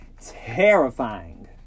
Terrifying